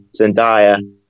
Zendaya